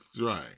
right